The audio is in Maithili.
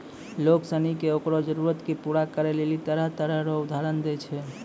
लोग सनी के ओकरो जरूरत के पूरा करै लेली तरह तरह रो उधार दै छै